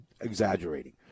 exaggerating